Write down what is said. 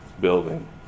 building